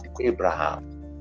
Abraham